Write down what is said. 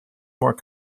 more